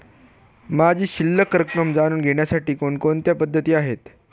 माझी शिल्लक रक्कम जाणून घेण्यासाठी कोणकोणत्या पद्धती आहेत?